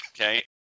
Okay